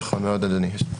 נכון מאוד, אדוני.